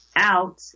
out